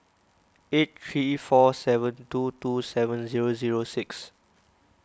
eight three four seven two two seven zero zero six